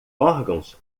órgãos